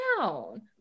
down